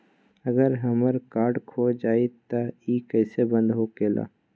अगर हमर कार्ड खो जाई त इ कईसे बंद होकेला?